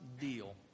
deal